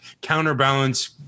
counterbalance